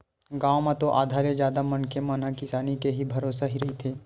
गाँव म तो आधा ले जादा मनखे मन ह किसानी के ही भरोसा रहिथे